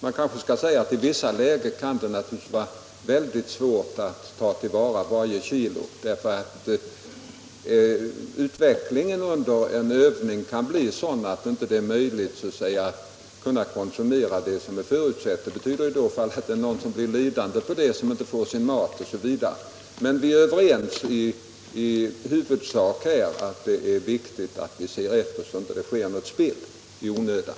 Man kanske skall säga att det i vissa lägen naturligtvis kan vara mycket svårt att ta till vara varje kilo därfö utvecklingen under en övning kan bli sådan att det inte är möjligt att konsumera vad som är förutsett. Det betyder i så fall att det är någon som blir lidande på detta, som inte får sin mat. Men vi är här överens i huvudsak — att det är viktigt att man ser efter så att det inte sker något spill i onödan.